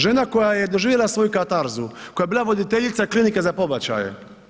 Žena koja je doživjela svoju katarzu, koja je bila voditeljica klinike za pobačaje.